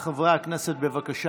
חברי הכנסת, בבקשה